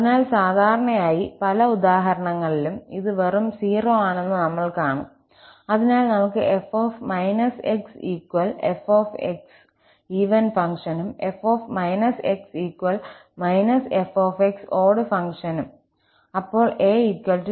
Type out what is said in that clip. അതിനാൽ സാധാരണയായി പല ഉദാഹരണങ്ങളിലും ഇത് വെറും 0 ആണെന്ന് നമ്മൾ കാണും അതിനാൽ നമുക്ക് 𝑓−𝑥 𝑓𝑥 ഈവൻ ഫംഗ്ഷനും 𝑓−𝑥 −𝑓𝑥 ഓട് ഫംഗ്ഷനുകൾ ക്ക് അപ്പോൾ 𝑎 0